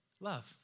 love